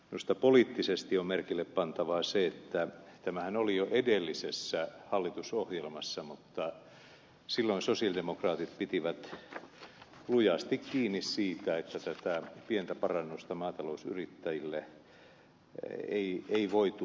minusta poliittisesti on merkillepantavaa se että tämähän oli jo edellisessä hallitusohjelmassa mutta silloin sosialidemokraatit pitivät lujasti kiinni siitä että tätä pientä parannusta maatalousyrittäjille ei voitu läpi viedä